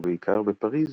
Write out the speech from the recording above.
ובעיקר בפריז,